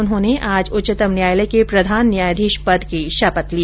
उन्होंने आज उच्चतम न्यायालय के प्रधान न्यायाधीश पद की शपथ ली